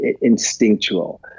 instinctual